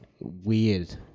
weird